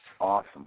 Awesome